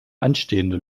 anstehende